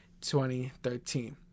2013